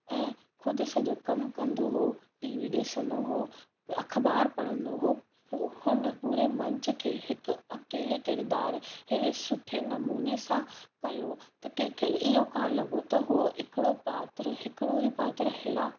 ऐं खुदि सॼो कमु कंदो हो टी वी ॾिसंदो हो अखबार पढ़ंदो हो हूं हुन पूरे मंच खे हिक अकेले किरदार अहिड़े सुठे नमूने सां कयो त कंहिंखे इहो कोन्ह लॻो त हुओ इकड़ो पात्र हिकिड़ो ई पात्र अहिड़ा